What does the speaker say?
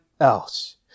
else